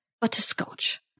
butterscotch